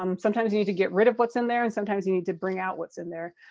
um sometimes you need to get rid of what's in there and sometimes you need to bring out what's in there.